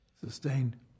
Sustained